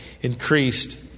increased